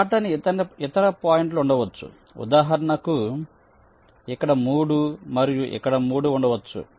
దాటని ఇతర పాయింట్లు ఉండవచ్చు ఉదాహరణకు ఇక్కడ 3 మరియు ఇక్కడ 3 ఉండవచ్చు